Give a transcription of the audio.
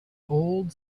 old